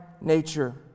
nature